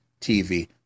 TV